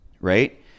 right